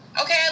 Okay